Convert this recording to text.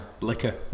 liquor